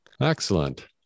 Excellent